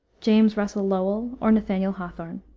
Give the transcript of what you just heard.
james russell lowell, or nathaniel hawthorne.